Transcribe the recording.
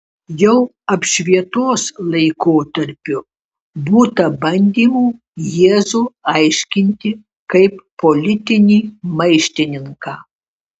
jau apšvietos laikotarpiu būta bandymų jėzų aiškinti kaip politinį maištininką